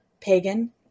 Pagan